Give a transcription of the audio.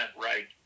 right